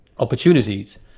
opportunities